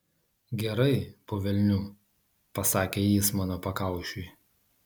gerai po velnių pasakė jis mano pakaušiui